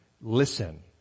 listen